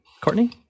Courtney